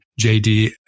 JD